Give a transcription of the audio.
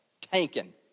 tanking